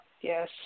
Yes